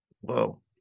Whoa